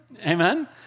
Amen